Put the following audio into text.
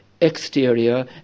exterior